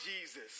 Jesus